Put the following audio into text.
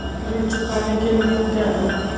ऋण चुकाने के नियम क्या हैं?